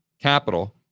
Capital